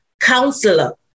counselor